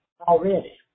already